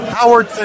Howard